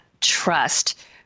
trust